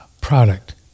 Product